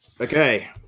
okay